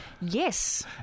Yes